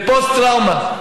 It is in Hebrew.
בפוסט-טראומה,